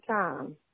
time